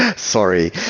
sorry.